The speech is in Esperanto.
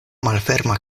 malferma